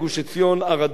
מגילות ים-המלח,